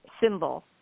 symbol